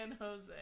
Jose